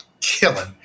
killing